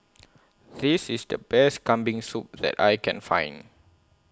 This IS The Best Kambing Soup that I Can Find